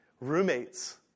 Roommates